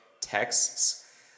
texts